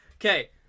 Okay